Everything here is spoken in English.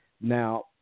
now